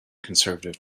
conservative